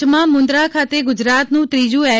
કચ્છમાં મુંદ્રા ખાતે ગુજરાતનું ત્રીજું એલ